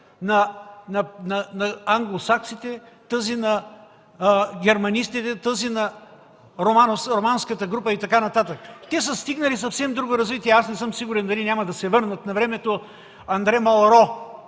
на англосаксите, тази на германистите, тази на романската група и така нататък. Те са стигнали съвсем друго развитие. Аз не съм сигурен дали няма да се върнат. Навремето Андре Малро